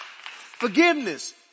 Forgiveness